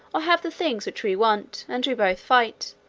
or have the things which we want, and we both fight,